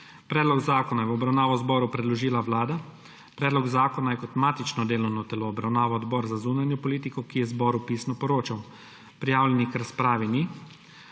Predlog zakona je v obravnavo zboru predložila Vlada. Predlog zakona je kot matično delovno telo Obravnaval odbor za zunanjo politiko, ki je zboru pisno poročal. Prijavljenih k razpravi ni.